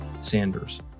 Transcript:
Sanders